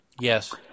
Yes